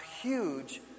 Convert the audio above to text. huge